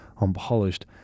unpolished